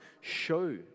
show